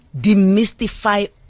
demystify